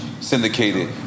syndicated